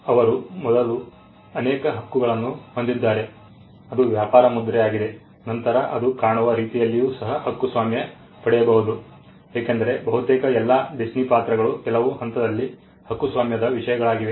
ಅವರು ಮೊದಲು ಅನೇಕ ಹಕ್ಕುಗಳನ್ನು ಹೊಂದಿದ್ದಾರೆ ಅದು ವ್ಯಾಪಾರ ಮುದ್ರೆ ಆಗಿದೆ ನಂತರ ಅದು ಕಾಣುವ ರೀತಿಯಲ್ಲಿಯೂ ಸಹ ಹಕ್ಕುಸ್ವಾಮ್ಯ ಪಡೆಯಬಹುದು ಏಕೆಂದರೆ ಬಹುತೇಕ ಎಲ್ಲಾ ಡಿಸ್ನಿ ಪಾತ್ರಗಳು ಕೆಲವು ಹಂತದಲ್ಲಿ ಹಕ್ಕುಸ್ವಾಮ್ಯದ ವಿಷಯಗಳಾಗಿವೆ